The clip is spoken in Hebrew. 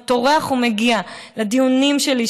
הוא גם טורח ומגיע לדיונים שלי,